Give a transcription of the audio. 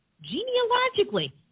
genealogically